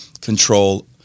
control